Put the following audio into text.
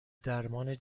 درمان